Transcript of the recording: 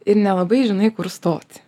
ir nelabai žinai kur stoti